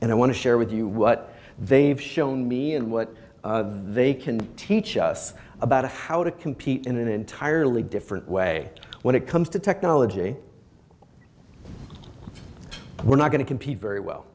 and i want to share with you what they've shown me and what they can teach us about how to compete in an entirely different way when it comes to technology we're not going to compete very well